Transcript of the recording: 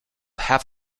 half